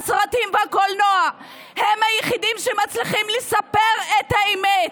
הסרטים והקולנוע הם היחידים שמצליחים לספר את האמת,